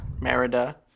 Merida